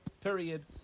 Period